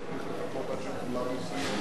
אבל צריך לחכות עד שכולם יסיימו.